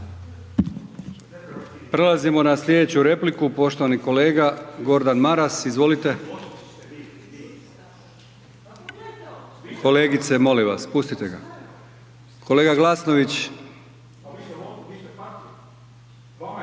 Prelazimo na sljedeću repliku poštovani kolega Gordan Maras. Izvolite. **Brkić, Milijan (HDZ)** Kolegice molim vas, pustite ga. Kolega Glasnović.